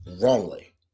wrongly